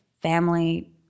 family